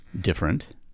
different